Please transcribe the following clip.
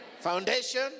foundation